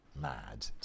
mad